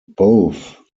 both